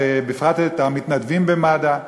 ובפרט את המתנדבים במד"א,